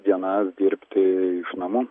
dienas dirbti iš namų